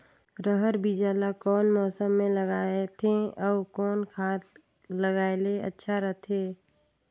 रहर बीजा ला कौन मौसम मे लगाथे अउ कौन खाद लगायेले अच्छा होथे?